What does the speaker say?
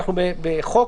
אנחנו בחוק,